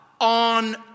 on